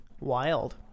Wild